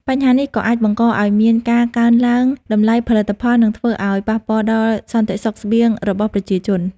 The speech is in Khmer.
បញ្ហានេះក៏អាចបង្កឲ្យមានការកើនឡើងតម្លៃផលិតផល និងធ្វើឲ្យប៉ះពាល់ដល់សន្តិសុខស្បៀងរបស់ប្រជាជន